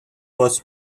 was